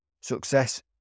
Success